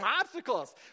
obstacles